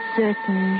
certain